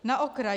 Na okraj.